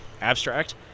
abstract